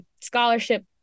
scholarship